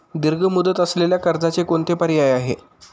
दीर्घ मुदत असलेल्या कर्जाचे कोणते पर्याय आहे?